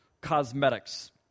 cosmetics